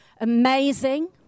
Amazing